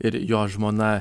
ir jo žmona